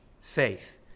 faith